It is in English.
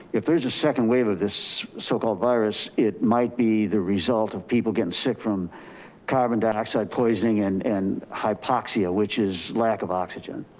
if there's a second wave of this so-called virus, it might be the result of people getting sick from carbon dioxide poisoning and and hypoxia, which is lack of oxygen.